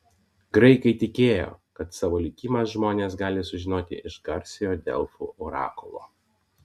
graikai tikėjo kad savo likimą žmonės gali sužinoti iš garsiojo delfų orakulo